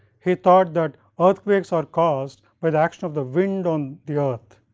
he thought that earthquakes are caused by the action of the wind on the earth.